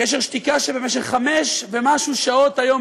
קשר שתיקה שבמשך חמש ומשהו שעות היום